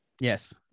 Yes